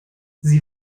sie